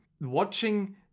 watching